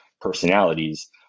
personalities